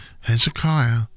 Hezekiah